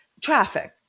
traffic